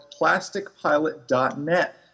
PlasticPilot.net